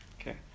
okay